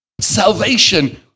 Salvation